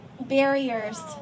barriers